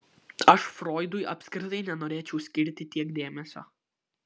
aš froidui apskritai nenorėčiau skirti tiek dėmesio